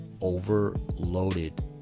overloaded